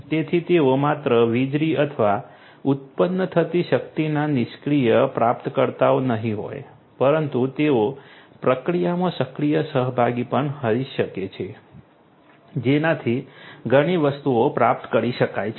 તેથી તેઓ માત્ર વીજળી અથવા ઉત્પન્ન થતી શક્તિના નિષ્ક્રિય પ્રાપ્તકર્તાઓ નહીં હોય પરંતુ તેઓ પ્રક્રિયામાં સક્રિય સહભાગી પણ હોઈ શકે છે જેનાથી ઘણી વસ્તુઓ પ્રાપ્ત કરી શકાય છે